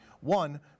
one